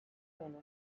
denok